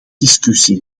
discussie